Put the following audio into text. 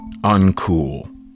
uncool